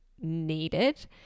needed